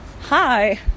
Hi